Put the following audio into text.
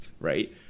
right